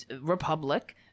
republic